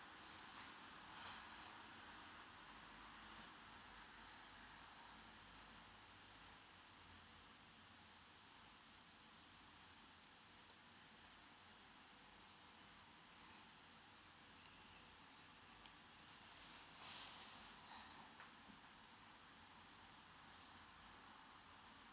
paul